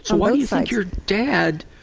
so why do you think your dad